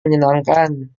menyenangkan